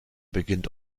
beginnt